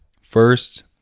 First